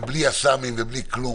ובלי יס"מים ובלי כלום,